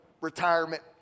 retirement